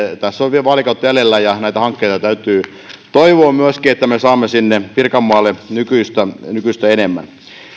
tässä on vielä vaalikautta jäljellä ja näitä hankkeita täytyy toivoa että me saamme myöskin sinne pirkanmaalle nykyistä nykyistä enemmän